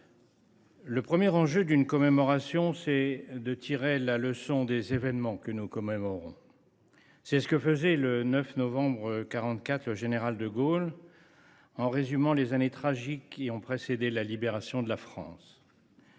le premier enjeu d’une commémoration est de tirer la leçon des événements que nous commémorons. C’est ce que faisait, le 9 novembre 1944, le général de Gaulle en résumant les années tragiques qui ont précédé la libération de la France